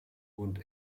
und